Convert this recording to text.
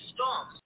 Storm